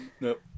Nope